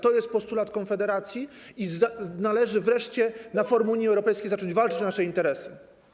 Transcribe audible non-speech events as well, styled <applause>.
To jest postulat Konfederacji i należy wreszcie <noise> na forum Unii Europejskiej zacząć walczyć o nasze interesy.